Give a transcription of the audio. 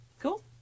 Cool